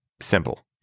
Simple